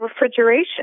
refrigeration